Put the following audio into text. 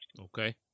Okay